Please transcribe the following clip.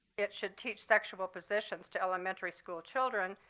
it should teach sexual positions to elementary school children,